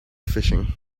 fishing